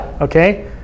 okay